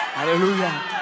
Hallelujah